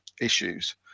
issues